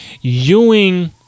Ewing